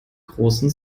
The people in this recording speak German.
großem